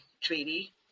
treaty